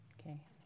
Okay